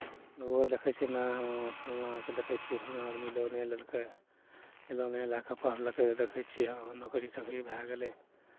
ओहो देखै छी ने फलनाकेँ देखै छियै फलना आदमी लोने लेलकै लोने लए कऽ पढ़लकै तऽ देखै छियै नोकरी चाकरी भए गेलै